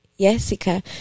Jessica